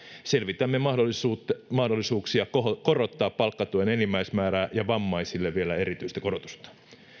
selvitämme mahdollisuuksia korottaa palkkatuen enimmäismäärää ja vammaisille vielä erityistä korotusta